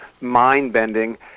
mind-bending